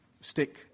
stick